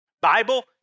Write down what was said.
Bible